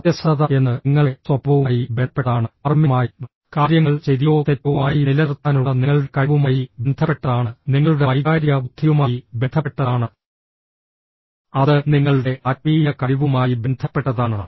സത്യസന്ധത എന്നത് നിങ്ങളുടെ സ്വഭാവവുമായി ബന്ധപ്പെട്ടതാണ് ധാർമ്മികമായി കാര്യങ്ങൾ ശരിയോ തെറ്റോ ആയി നിലനിർത്താനുള്ള നിങ്ങളുടെ കഴിവുമായി ബന്ധപ്പെട്ടതാണ് നിങ്ങളുടെ വൈകാരിക ബുദ്ധിയുമായി ബന്ധപ്പെട്ടതാണ് അത് നിങ്ങളുടെ ആത്മീയ കഴിവുമായി ബന്ധപ്പെട്ടതാണ്